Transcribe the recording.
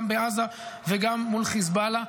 גם בעזה וגם מול חיזבאללה.